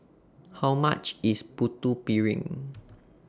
How much IS Putu Piring